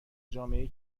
جامعهای